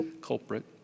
culprit